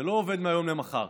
זה לא עובד מהיום למחר.